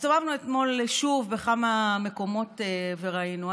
הסתובבנו אתמול שוב בכמה מקומות וראינו.